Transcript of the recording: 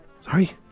Sorry